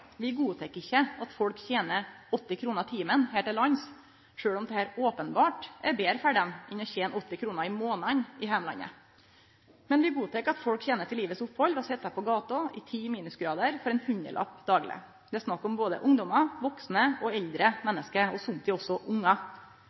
Vi godtek ikkje at folk tener 80 kr timen her til lands, sjølv om dette openbert er betre for dei enn å tene 80 kr i månaden i heimlandet. Men vi godtek at folk tener til livsopphald ved å sitje på gata i ti minusgradar for ein hundrelapp dagleg. Det er snakk om både ungdommar, vaksne og eldre menneske, og somtid også